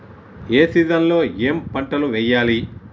ఏ season లో ఏం పంటలు వెయ్యాలి?